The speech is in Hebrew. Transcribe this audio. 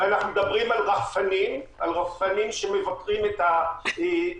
אנחנו מדברים על רחפנים שמבקרים את המתבודדים.